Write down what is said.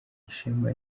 ishema